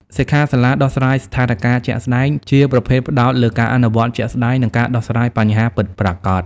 សិក្ខាសាលាដោះស្រាយស្ថានការណ៍ជាក់ស្តែង ជាប្រភេទផ្តោតលើការអនុវត្តជាក់ស្តែង និងការដោះស្រាយបញ្ហាពិតប្រាកដ។